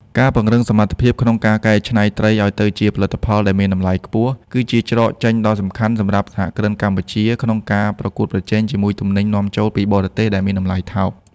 ការពង្រឹងសមត្ថភាពក្នុងការកែច្នៃត្រីឱ្យទៅជាផលិតផលដែលមានតម្លៃខ្ពស់ គឺជាច្រកចេញដ៏សំខាន់សម្រាប់សហគ្រិនកម្ពុជាក្នុងការប្រកួតប្រជែងជាមួយទំនិញនាំចូលពីបរទេសដែលមានតម្លៃថោក។